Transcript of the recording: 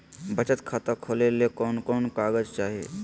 बचत खाता खोले ले कोन कोन कागज चाही?